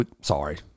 sorry